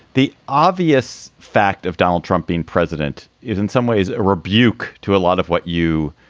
the obvious fact of donald trump being president is in some ways a rebuke to a lot of what you